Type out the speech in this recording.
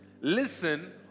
Listen